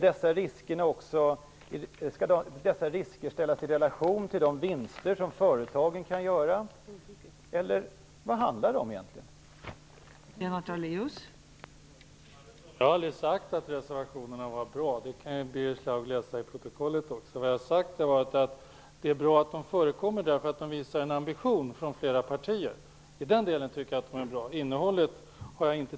Skall riskerna här sättas i relation till de vinster som företagen kan göra, eller vad handlar det egentligen om?